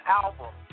album